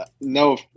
No